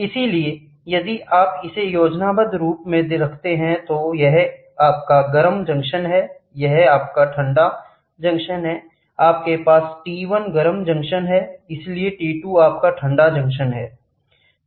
इसलिए यदि आप इसे योजनाबद्ध रूप में रखते हैं तो यह आपका गर्म जंक्शन है यह आपका ठंडा है जंक्शन आपके पास T 1 गर्म जंक्शन है इसलिए T 2 आपका ठंडा जंक्शन है